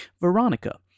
Veronica